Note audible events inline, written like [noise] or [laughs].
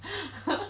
[laughs]